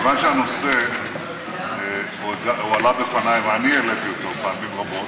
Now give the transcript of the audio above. מכיוון שהנושא הועלה בפני ואני העליתי אותו פעמים רבות,